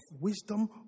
wisdom